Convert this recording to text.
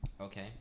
Okay